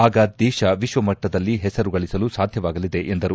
ಆಗ ದೇಶ ವಿಶ್ವಮಟ್ಟದಲ್ಲಿ ಹೆಸರು ಗಳಿಸಲು ಸಾಧ್ಯವಾಗಲಿದೆ ಎಂದರು